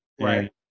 Right